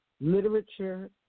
literature